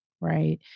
Right